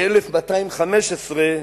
ב-1215,